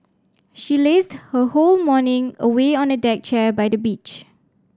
she lazed her whole morning away on a deck chair by the beach